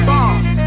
Bomb